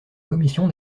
commission